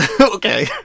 okay